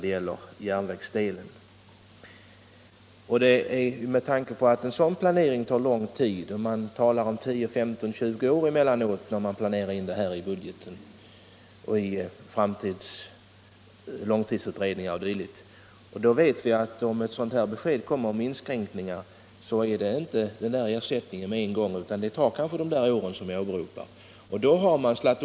Att planera för detta tar lång tid. Det talas om 10-15 år emellanåt vid budgetplanering, i långtidsutredningar o. d. Om det kommer ett besked om järnvägsinskränkningar finns det inte någon ersättning där med en gång, utan det tar kanske den tid jag nämnt att fatta ett definitivt beslut.